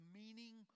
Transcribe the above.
meaning